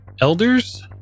Elders